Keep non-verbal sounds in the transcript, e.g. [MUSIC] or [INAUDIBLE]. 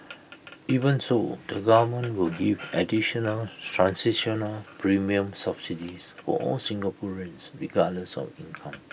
[NOISE] even so the government will give additional transitional premium subsidies for all Singaporeans regardless of income